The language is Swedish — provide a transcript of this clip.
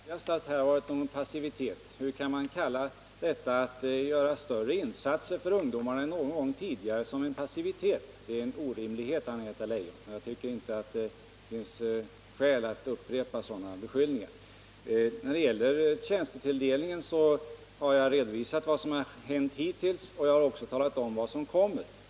Herr talman! Jag bestrider på det kraftigaste att det varit någon passivitet. Hur kan man kalla detta att göra större insatser för ungdomarna än någon gång tidigare för passivitet? Det är orimligt, Anna-Greta Leijon. Jag tycker inte att det finns skäl att upprepa sådana beskyllningar. När det gäller tjänstetilldelningen har jag redovisat vad som hänt hittills, och jag har också talat om vad som kommer.